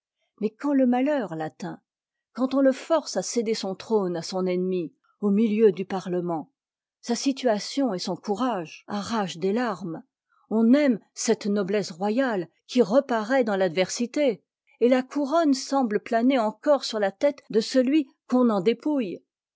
mais quand le malheur l'atteint quand on le force à céder son trône à son ennemi au milieu du parlement sa situation et son courage arrachent des larmes on aime cette noblesse royale qui reparaît dans l'adversité et la couronne semble planer encore sur la téte de celui qu'on en dépouille